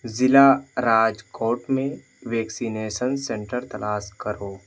ضلع راجکوٹ میں vaccination centre تلاش کرو